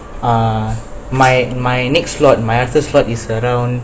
uh my my next slot my அடுத்த:adutha slot is around